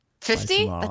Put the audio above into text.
fifty